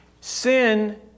Sin